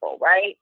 right